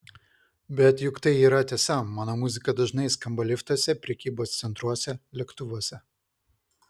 bet juk tai yra tiesa mano muzika dažnai skamba liftuose prekybos centruose lėktuvuose